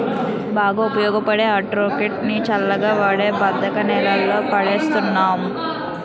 బాగా ఉపయోగపడే అక్రోడ్ ని చల్లగా ఉండే బంక నేలల్లో పండిస్తున్నాను